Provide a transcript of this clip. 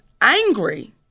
angry